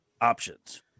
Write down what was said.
options